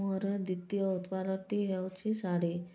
ମୋର ଦ୍ୱିତୀୟ ଉତ୍ପାଦଟି ହେଉଛି ଶାଢ଼ୀ